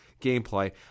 gameplay